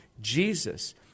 Jesus